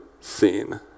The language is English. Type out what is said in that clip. scene